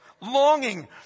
longing